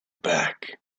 back